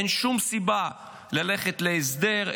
אין שום סיבה ללכת להסדר.